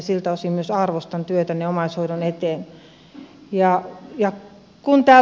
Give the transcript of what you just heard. siltä osin arvostan työtänne omaishoidon eteen